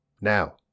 Now